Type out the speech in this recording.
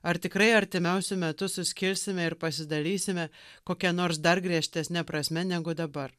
ar tikrai artimiausiu metu suskirsime ir pasidarysime kokia nors dar griežtesne prasme negu dabar